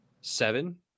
Seven